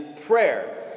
prayer